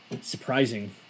surprising